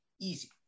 easy